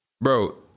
Bro